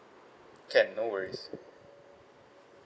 can no worries